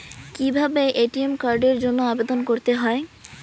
কিভাবে এ.টি.এম কার্ডের জন্য আবেদন করতে হয়?